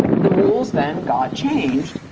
ah the rules then got changed,